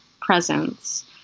presence